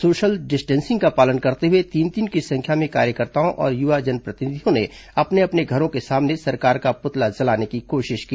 social distancing का पालन करते हुए तीन तीन की संख्या में कार्यकर्ताओं और युवा जनप्रतिनिधियों ने अपने अपने घरों के सामने सरकार का पुतला जलाने की कोशिश की